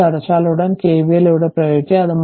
switch അടച്ചാലുടൻ KVL ഇവിടെ പ്രയോഗിക്കുക